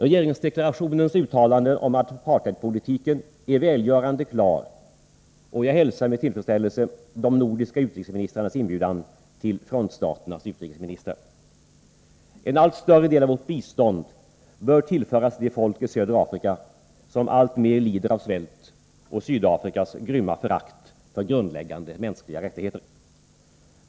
Regeringsdeklarationens uttalande om apartheidpolitiken är välgörande klar, och jag hälsar med tillfredsställelse de nordiska utrikesministrarnas inbjudan till frontstaternas utrikesministrar. En allt större del av vårt bistånd bör tillföras de folk i södra Afrika som alltmer lider av svält och av Sydafrikas grymma förakt för grundläggande mänskliga rättigheter.